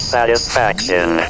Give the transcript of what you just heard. Satisfaction